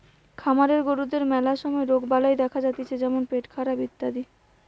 খামারের গরুদের ম্যালা সময় রোগবালাই দেখা যাতিছে যেমন পেটখারাপ ইত্যাদি